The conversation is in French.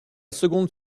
seconde